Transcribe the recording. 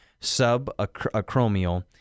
subacromial